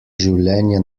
življenje